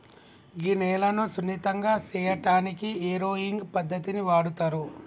గీ నేలను సున్నితంగా సేయటానికి ఏరోయింగ్ పద్దతిని వాడుతారు